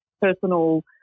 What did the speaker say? personal